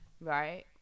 Right